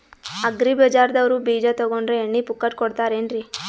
Agri ಬಜಾರದವ್ರು ಬೀಜ ತೊಗೊಂಡ್ರ ಎಣ್ಣಿ ಪುಕ್ಕಟ ಕೋಡತಾರೆನ್ರಿ?